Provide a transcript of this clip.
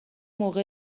موقع